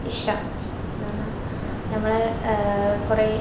ഇഷ്ടം എന്ന് പറഞ്ഞാൽ നമ്മൾ കുറേ